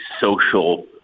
social